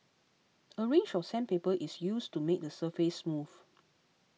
a range of sandpaper is used to make the surface smooth